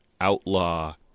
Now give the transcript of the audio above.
Outlaw